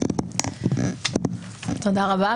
תודה רבה.